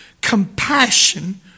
compassion